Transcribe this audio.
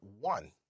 one